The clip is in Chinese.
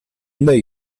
类似